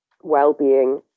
well-being